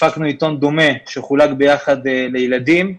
הפקנו עיתון דומה שחולק ביחד לילדים.